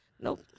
Nope